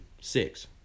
six